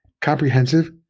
comprehensive